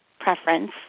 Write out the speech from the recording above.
preference